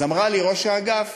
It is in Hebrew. אז אמרה לי ראש האגף: